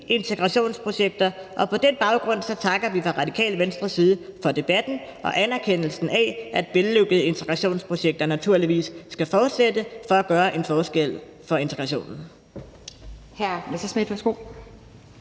integrationsprojekter, og på den baggrund takker vi fra Radikale Venstres side for debatten og anerkendelsen af, at vellykkede integrationsprojekter naturligvis skal fortsætte for at gøre en forskel for integrationen.